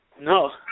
No